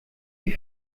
die